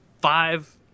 five